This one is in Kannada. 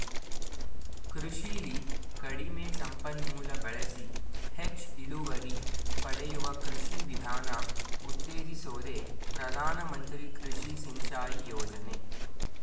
ಕೃಷಿಲಿ ಕಡಿಮೆ ಸಂಪನ್ಮೂಲ ಬಳಸಿ ಹೆಚ್ ಇಳುವರಿ ಪಡೆಯುವ ಕೃಷಿ ವಿಧಾನ ಉತ್ತೇಜಿಸೋದೆ ಪ್ರಧಾನ ಮಂತ್ರಿ ಕೃಷಿ ಸಿಂಚಾಯಿ ಯೋಜನೆ